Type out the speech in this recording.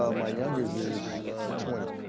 ah my youngest is twenty.